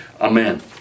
Amen